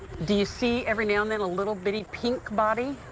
do you see every now and then a little bitty pink body?